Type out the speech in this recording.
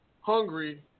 hungry